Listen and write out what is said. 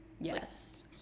Yes